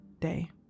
day